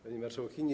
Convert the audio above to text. Pani Marszałkini.